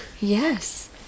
Yes